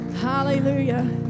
Hallelujah